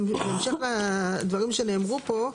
בהמשך לדברים שנאמרו פה,